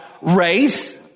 race